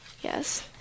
yes